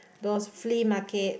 those flea market